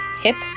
hip